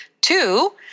Two